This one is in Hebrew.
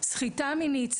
סחיטה מינית,